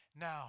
Now